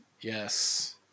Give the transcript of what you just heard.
Yes